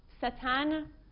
Satan